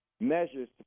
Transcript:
measures